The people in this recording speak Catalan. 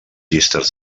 llistes